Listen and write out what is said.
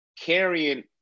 Carrying